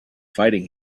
fighting